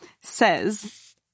says